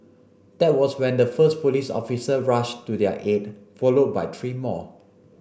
that was when the first police officer rushed to their aid followed by three more